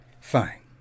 Fine